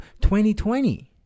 2020